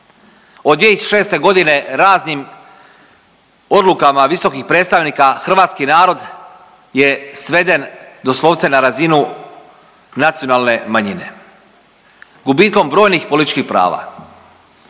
Od 2006. godine raznim odlukama visokih predstavnika hrvatski narod je sveden doslovce na razinu nacionalne manjine gubitkom brojnih političkih prava.